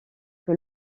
que